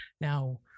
Now